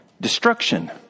destruction